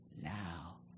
now